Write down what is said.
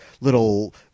little